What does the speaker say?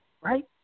right